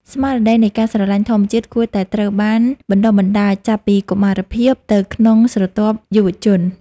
ស្មារតីនៃការស្រឡាញ់ធម្មជាតិគួរតែត្រូវបានបណ្តុះបណ្តាលចាប់ពីកុមារភាពទៅក្នុងស្រទាប់យុវជន។